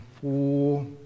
four